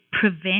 Prevent